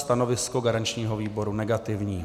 Stanovisko garančního výboru negativní.